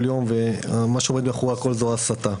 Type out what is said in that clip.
יום ומה שעומד מאחורי הכול זו הסתה.